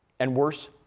and worse,